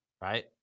Right